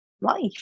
life